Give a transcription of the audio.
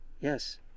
yes